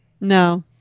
No